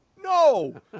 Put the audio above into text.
no